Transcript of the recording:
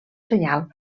senyal